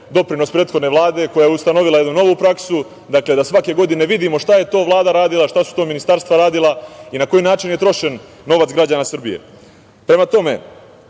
doprinos prethodne Vlade koja je ustanovila jednu novu praksu, dakle da svake godine vidimo šta je to Vlada radila, šta su to ministarstva radila i na koji način je trošen novac građana Srbije. Prema tome,